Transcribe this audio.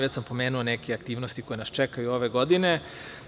Već sam pomenuo neke aktivnosti koje nas čekaju ove godine.